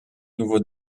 nouveau